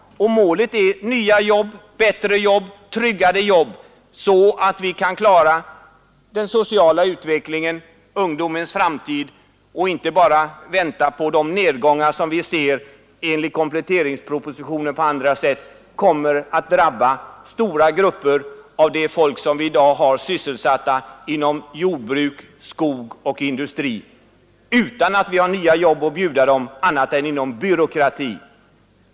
Målet är nya jobb, bättre jobb, tryggare jobb, så att vi kan klara den sociala utvecklingen och ungdomens framtid. Vi får inte bara vänta på de ' nedgångar som vi enligt kompletteringspropositionen och på andra sätt ser kommer att drabba stora grupper av de människor som i dag är sysselsatta inom jordbruk, skog och industri utan att vi har nya jobb att erbjuda dem annat än inom byråkratin.